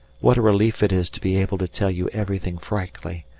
what a relief it is to be able to tell you everything frankly,